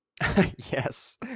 Yes